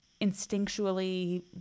instinctually